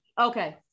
Okay